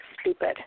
stupid